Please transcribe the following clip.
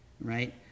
right